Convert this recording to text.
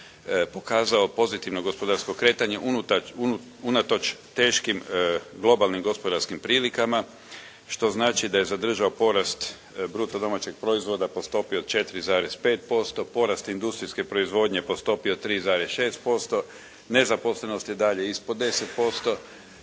pokazao pozitivno gospodarsko kretanje unatoč teškim globalnim gospodarskim prilikama, što znači da je zadržao porast bruto domaćeg proizvoda po stopi od 4,5%, porast industrijske proizvodnje po stopi od 3,6%, nezaposlenost je i dalje ispod 10%,